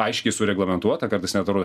aiškiai sureglamentuota kartais net ir